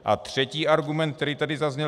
A třetí argument, který tady zazněl.